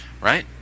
right